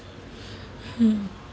hmm